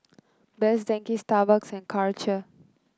Best Denki Starbucks and Karcher